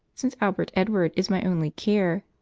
since albert edward is my only care.